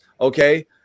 okay